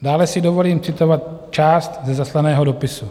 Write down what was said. Dále si dovolím citovat část ze zaslaného dopisu.